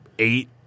Eight